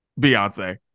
Beyonce